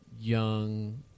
young